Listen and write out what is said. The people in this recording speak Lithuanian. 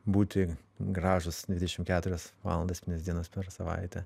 būti gražūs dvidešim keturias valandas septynias dienas per savaitę